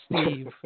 Steve